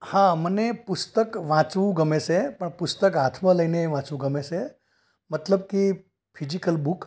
હા મને પુસ્તક વાંચવું ગમે છે પુસ્તક હાથમાં લઈને વાંચવું ગમે છે મતલબ કે ફિઝિકલ બુક